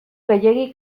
gehiegi